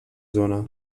zona